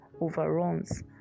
overruns